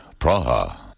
Praha